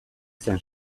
zen